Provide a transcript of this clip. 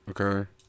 Okay